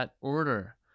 order